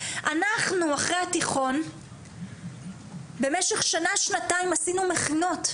אנחנו אחרי התיכון במשך שנה שנתיים עשינו מכינות.